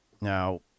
now